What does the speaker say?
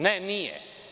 Ne, nije.